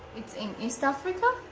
it's in east africa.